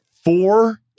Four